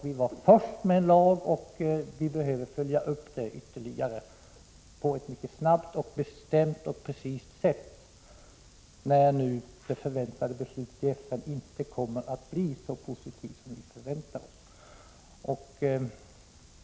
Vi var först med en sådan lag, och vi behöver följa upp den ytterligare på ett snabbt, bestämt och precist sätt, när det förväntade beslutet i FN nu inte kommer att bli så positivt som vi förväntat oss.